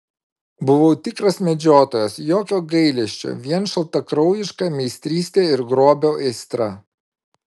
buvau tikras medžiotojas jokio gailesčio vien šaltakraujiška meistrystė ir grobio aistra